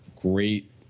great